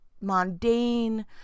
mundane